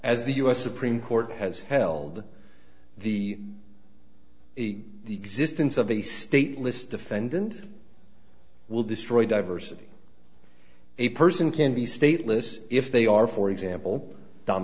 as the us supreme court has held the existence of the state list defendant will destroy diversity a person can be stateless if they are for example d